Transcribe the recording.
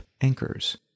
anchors